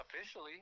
officially